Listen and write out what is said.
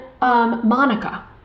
Monica